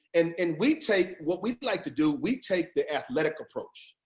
and and we take what we like to do, we take the athletic approach.